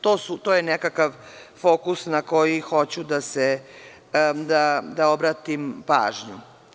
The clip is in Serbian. To je nekakav fokus na koji hoću da obratim pažnju.